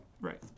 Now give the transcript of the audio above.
Right